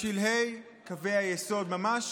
בשלהי קווי היסוד, ממש